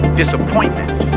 disappointment